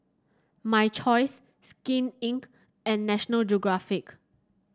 My Choice Skin Inc and National Geographic